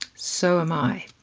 so am i.